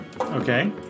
Okay